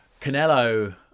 canelo